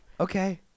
Okay